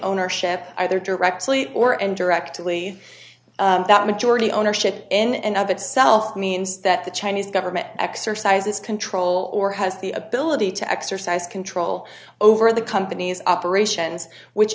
ownership either directly or indirectly that majority ownership in and of itself means that the chinese government exercises control or has the ability to exercise control over the company's operations which